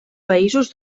països